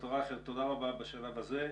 ד"ר רייכר, תודה רבה בשלב הזה.